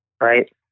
right